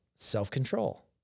Self-control